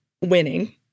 winning